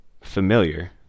familiar